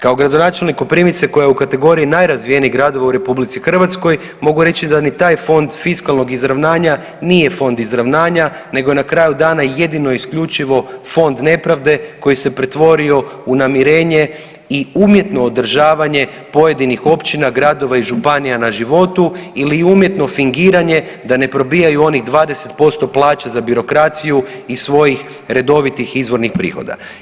Kao gradonačelnik Koprivnice koja je u kategoriji najrazvijenijih gradova u RH mogu reći da ni taj fon fiskalnog izravnanja nije Fond izravnanja nego je na kraju dana jedino i isključivo fond nepravde koji se pretvorio u namirenje i umjetno održavanje pojedinih općina, gradova i županija na životu ili umjetno fingiranje da ne probijaju onih 20% plaća za birokraciju iz svojih redovitih izvornih prihoda.